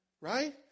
right